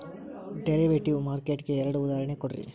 derivative market ಗೆ ಎರಡ್ ಉದಾಹರ್ಣಿ ಕೊಡ್ರಿ